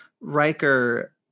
Riker